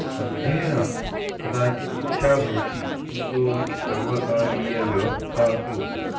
अध्ययनार्थं कदाचित् इच्छा भवति किन्तु सर्वकारीयव्यवस्थासु